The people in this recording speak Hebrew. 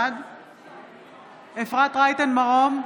בעד אפרת רייטן מרום,